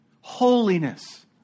Holiness